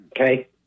Okay